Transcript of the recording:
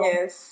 Yes